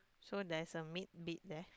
so there's a maid bed there